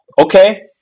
Okay